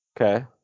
Okay